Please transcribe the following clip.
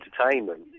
entertainment